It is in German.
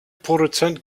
produzent